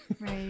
Right